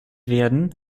werden